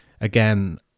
again